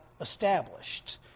established